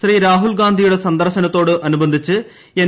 ശ്രീ രാഹുൽ ഗാന്ധിയുടെ സന്ദർശനത്തോട് അനുബന്ധിച്ച് എൻ